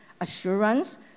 assurance